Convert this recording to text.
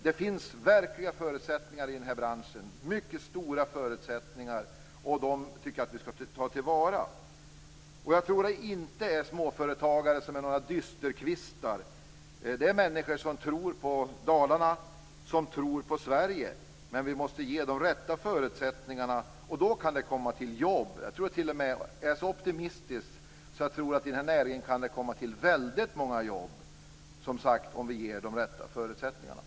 Det finns mycket stora förutsättningar i den här branschen, och jag tycker att vi skall ta till vara dem. Det här är inte småföretagare som är några dysterkvistar, utan det är människor som tror på Dalarna, som tror på Sverige. Men vi måste ge de rätta förutsättningarna. Då kan det komma till nya jobb. Jag är t.o.m. så optimistisk att jag tror att det i den här näringen kan komma till väldigt många jobb, som sagt var, om vi ger de rätta förutsättningarna.